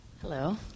Hello